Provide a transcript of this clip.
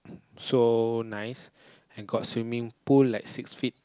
so nice and got swimming pool like six feet